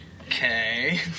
okay